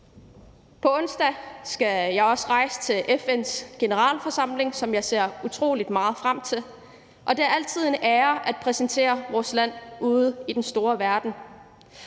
På onsdag skal jeg også rejse til FN's generalforsamling, som jeg ser utrolig meget frem til, og det er altid en ære at præsentere vores land ude i den store verden,